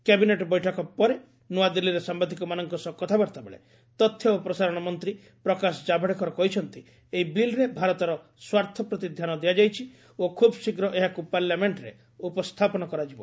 cabinet ବୈଠକ ପରେ ନୂଆଦିଲ୍ଲୀରେ ସାମ୍ଭାଦିକମାନଙ୍କ ସହ କଥାବାର୍ତ୍ତା ବେଳେ ତଥ୍ୟ ଓ ପ୍ରସାରଣ ମନ୍ତ୍ରୀ ପ୍ରକାଶ କାଭଡେକର କହିଛନ୍ତି ଏହି ବିଲ୍ରେ ଭାରତର ସ୍ୱାର୍ଥ ପ୍ରତି ଧ୍ୟାନ ଦିଆଯାଇଛି ଓ ଖୁବ୍ ଶୀଘ୍ର ଏହାକୁ ପାର୍ଲାମେଷ୍ଟରେ ଉପସ୍ଥାପନ କରାଯିବ